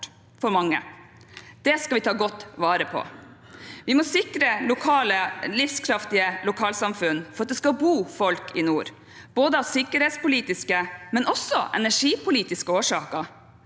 til mange. Det skal vi ta godt vare på. Vi må sikre livskraftige lokalsamfunn for at det skal bo folk i nord, ikke bare av sikkerhetspolitiske årsaker, men også av energipolitiske årsaker.